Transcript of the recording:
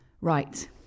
Right